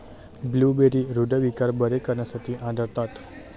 blueberry हृदयविकार बरे करण्यासाठी आढळतात